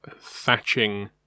thatching